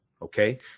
Okay